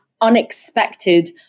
unexpected